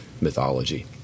mythology